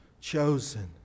chosen